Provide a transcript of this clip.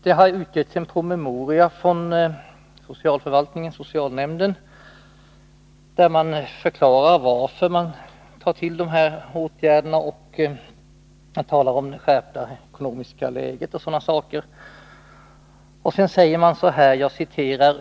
Det har utgivits en promemoria från socialförvaltningen-socialnämnden i Uppsala kommun den 14 april 1982, där man förklarar varför man vidtar de här åtgärderna.